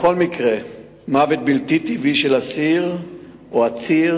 2. בכל מקרה של מוות בלתי טבעי של אסיר או עציר